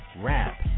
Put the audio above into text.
rap